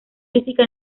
física